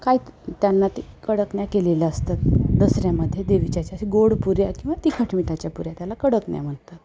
काही त्यांना ते कडकन्या केलेले असतात दसऱ्यामध्ये देवीच्या अशी गोड पुऱ्या किंवा तिखट मिठाच्या पुऱ्या त्याला कडकन्या म्हणतात